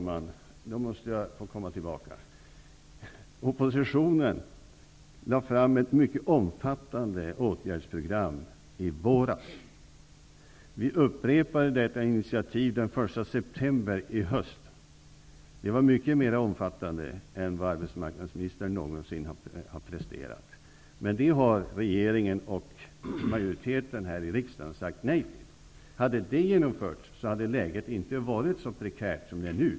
Fru talman! Oppositionen lade fram ett mycket omfattande åtgärdsprogram i våras. Vi upprepade vårt initiativ den 1 september i höst. Det var mycket mer omfattande än något program arbetsmarknadsministern någonsin har presterat. Regeringen och majoriteten här i riksdagen har sagt nej till det. Hade det genomförts hade läget inte varit så prekärt som det är nu.